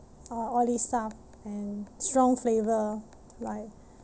uh oily stuff and strong flavor like